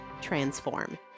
transform